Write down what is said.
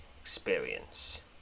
Experience